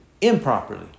improperly